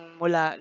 mula